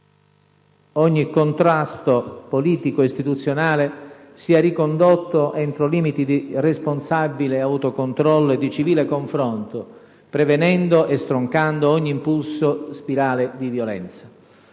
ogni contrasto politico e istituzionale sia ricondotto entro limiti di responsabile autocontrollo e di civile confronto, prevenendo e stroncando ogni impulso e spirale di violenza».